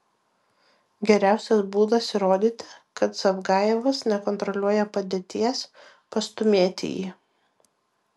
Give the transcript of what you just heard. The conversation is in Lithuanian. geriausias būdas įrodyti kad zavgajevas nekontroliuoja padėties pastūmėti jį